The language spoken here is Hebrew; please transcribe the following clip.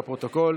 לפרוטוקול,